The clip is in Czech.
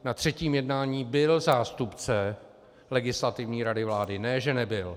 Na třetím jednání byl zástupce Legislativní rady vlády, ne že nebyl.